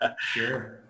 Sure